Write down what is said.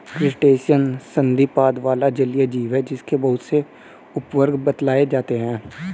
crustacean संधिपाद वाला जलीय जीव है जिसके बहुत से उपवर्ग बतलाए जाते हैं